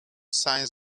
signs